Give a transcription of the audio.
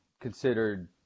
considered